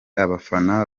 abafana